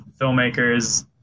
filmmakers